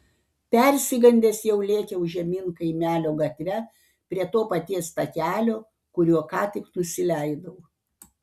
persigandęs jau lėkiau žemyn kaimelio gatve prie to paties takelio kuriuo ką tik nusileidau